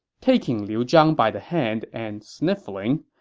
taking liu zhang by the hand and sniffling,